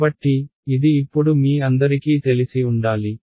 కాబట్టి ఇది ఇప్పుడు మీ అందరికీ తెలిసి ఉండాలి